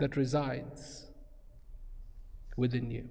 that resides within you